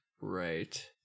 right